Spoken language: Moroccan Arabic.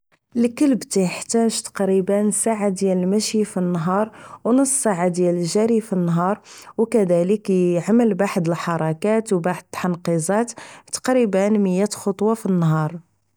الكلب تيحتاج تقريبا ساعة ديال المشي فالنهار و نص ساعة ديال الجري بالنهار و كذالك اعمل واحد الحركات و تحنقيزات تقريبا مية خطوة فالنهار